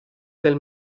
del